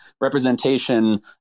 representation